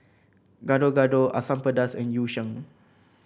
Gado Gado Asam Pedas and Yu Sheng